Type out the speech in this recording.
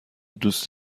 دوست